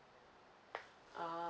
uh